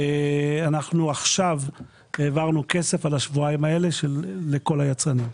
העברנו עכשיו כסף על השבועיים האלה לכל היצרנים.